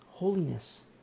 Holiness